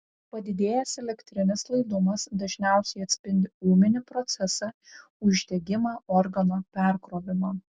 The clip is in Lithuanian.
padidėjęs elektrinis laidumas dažniausiai atspindi ūminį procesą uždegimą organo perkrovimą